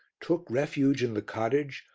took refuge in the cottage,